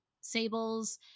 sables